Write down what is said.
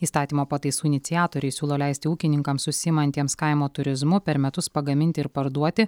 įstatymo pataisų iniciatoriai siūlo leisti ūkininkams užsiimantiems kaimo turizmu per metus pagaminti ir parduoti